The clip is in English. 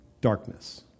darkness